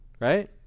right